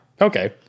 Okay